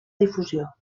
difusió